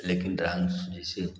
लेकिन डांस वैसे